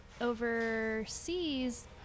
overseas